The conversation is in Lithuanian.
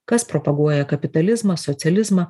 kas propaguoja kapitalizmą socializmą